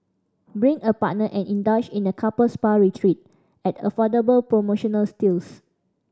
bring a partner and indulge in a couple spa retreat at affordable promotional steals